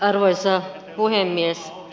arvoisa puhemies